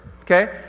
okay